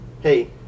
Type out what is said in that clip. hey